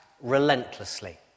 relentlessly